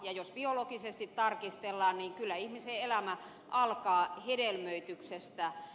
jos biologisesti tarkastellaan niin kyllä ihmisen elämä alkaa hedelmöityksestä